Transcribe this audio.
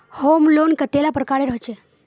Home loan कतेला प्रकारेर होचे?